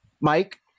Mike